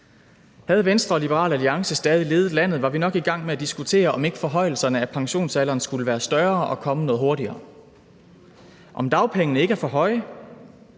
Havde Venstre og Liberal Alliance stadig ledet landet, var vi nok i gang med at diskutere, om ikke forhøjelserne af pensionsalderen skulle være større og komme noget hurtigere; om dagpengene ikke var for høje;